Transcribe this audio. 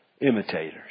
Imitators